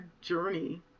journey